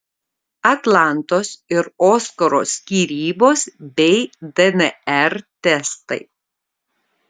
atlantos ir oskaro skyrybos bei dnr testai